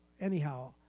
anyhow